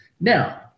Now